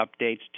updates